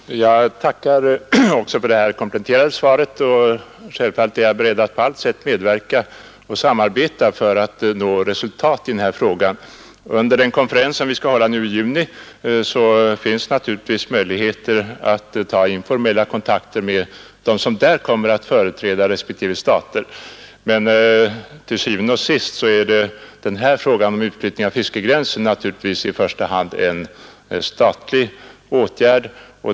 Herr talman! Jag tackar också för detta kompletterande svar och är självfallet beredd att på allt sätt medverka och samarbeta för att uppnå resultat på denna punkt. Under den konferens som vi skall hålla i juni blir det naturligtvis jligt att ta informella kontakter med dem som där kommer att företräda respektive stater, men til syvende og sidst är utflyttningen av fiskegränsen naturligtvis en fråga som staten måste ordna.